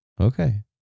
Okay